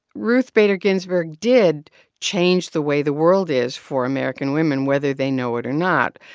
ruth bader ginsburg did change the way the world is for american women whether they know it or not.